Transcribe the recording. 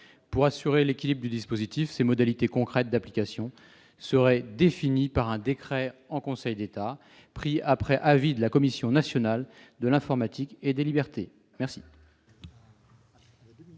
d'assurer l'équilibre du dispositif, les modalités concrètes d'application de ce dernier seraient définies par un décret en Conseil d'État, pris après avis de la Commission nationale de l'informatique et des libertés, la